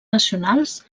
nacionals